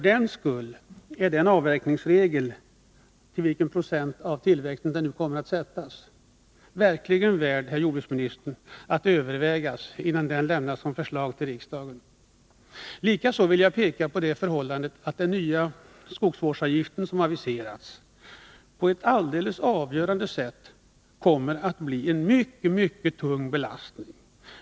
Därför är avverkningsregeln — till vilken procent av tillväxten den än kommer att sättas — verkligen värd att övervägas, innan den föreslås riksdagen. Likaså vill jag peka på det förhållandet att den nya skogsvårdsavgift som aviserats kommer att bli en mycket, mycket tung belastning.